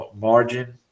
margin